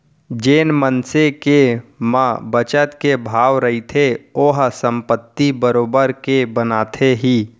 जेन मनसे के म बचत के भाव रहिथे ओहा संपत्ति बरोबर के बनाथे ही